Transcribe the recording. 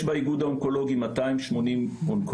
יש באיגוד האונקולוגים 280 אונקולוגים,